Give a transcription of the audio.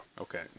Okay